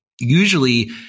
usually